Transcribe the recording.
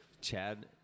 Chad